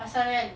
pasal kan